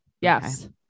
Yes